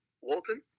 Walton